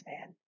man